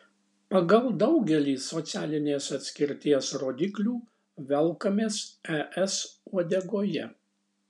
pagal daugelį socialinės atskirties rodiklių velkamės es uodegoje